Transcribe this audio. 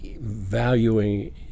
valuing